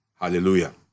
Hallelujah